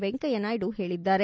ವೆಂಕಯ್ಯನಾಯ್ಡು ಹೇಳದ್ದಾರೆ